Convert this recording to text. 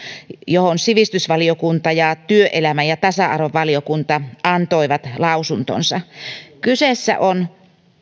johon sivistysvaliokunta ja työelämä ja tasa arvovaliokunta antoivat lausuntonsa